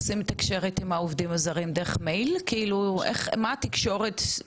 מה התקשורת של רשות האוכלוסין עם אותם עובדים זרים?